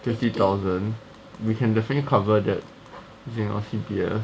fifty thousand we can definitely cover that it's in our C_P_F